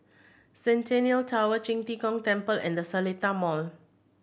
Centennial Tower Qing De Gong Temple and The Seletar Mall